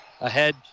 Ahead